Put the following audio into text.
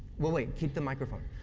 well, wait, keep the microphone.